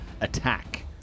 attack